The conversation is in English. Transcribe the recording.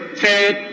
third